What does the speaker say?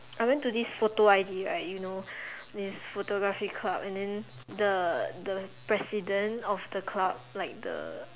I went to this photo I_D right you know this photography club and then the the president of the club like the